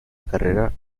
carrera